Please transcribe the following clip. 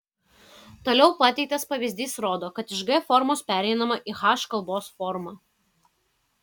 toliau pateiktas pavyzdys rodo kad iš g formos pereinama į h kalbos formą